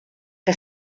que